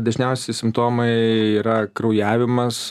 dažniausi simptomai yra kraujavimas